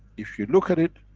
if you look at it,